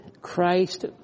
Christ